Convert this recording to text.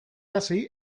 hasi